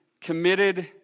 committed